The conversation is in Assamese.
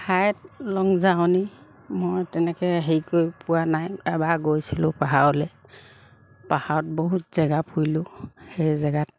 হাইক লং জাৰ্ণি মই তেনেকৈ হেৰি কৰি পোৱা নাই এবাৰ গৈছিলোঁ পাহাৰলৈ পাহাৰত বহুত জেগা ফুৰিলোঁ সেই জেগাত